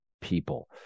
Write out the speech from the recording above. people